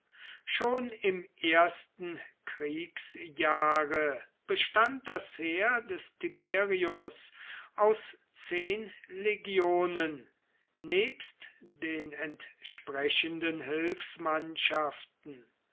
schon im ersten kriegsjahre bestand das heer des tiberius aus zehn legionen nebst den entsprechenden